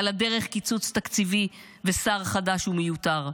על הדרך קיצוץ תקציבי ושר חדש ומיותר.